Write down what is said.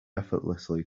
effortlessly